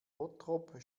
bottrop